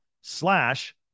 slash